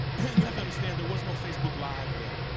and you have to understand, there was no facebook live yet.